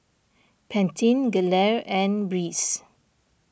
Pantene Gelare and Breeze